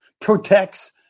Protects